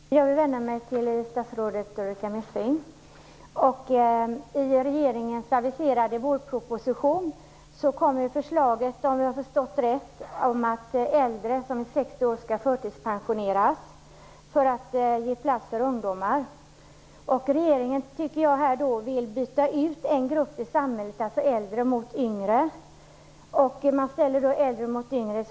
Herr talman! Jag vill vända mig till statsrådet Ulrica Messing. I regeringens aviserade vårproposition kommer om jag har förstått det rätt förslag om att äldre från 60 år skall förtidspensioneras för att ge plats för ungdomar. Det tolkar jag som att regeringen vill byta ut denna grupp i samhället, alltså äldre mot yngre. Man ställer då äldre mot yngre.